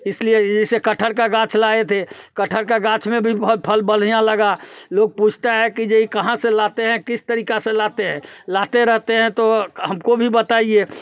इसलिए इसे कटहल का गाछ लाए थे कटहल का गाछ में भी बहुत फल बढिया लगा लोग पूछता है कि ये कहाँ से लाते हैं किस तरीका से लाते हैं लाते रहते हैं तो हमको भी बताइए